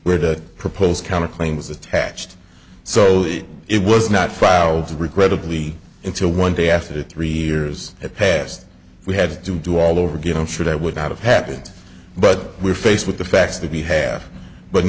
where the proposed counterclaims attached so it was not filed regrettably until one day after the three years have passed we had to do all over again i'm sure that would not have happened but we're faced with the facts that we have but